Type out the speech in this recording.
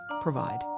provide